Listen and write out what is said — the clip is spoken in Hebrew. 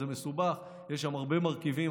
זה מסובך, יש שם הרבה מרכיבים.